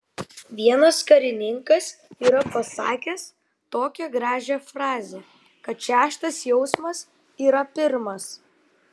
vienas karininkas yra pasakęs tokią gražią frazę kad šeštas jausmas yra pirmas